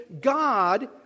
God